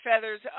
feathers